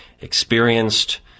Experienced